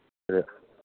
ꯑꯗ